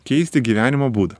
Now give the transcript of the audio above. keisti gyvenimo būdą